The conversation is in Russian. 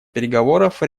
переговоров